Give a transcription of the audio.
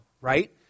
Right